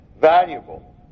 valuable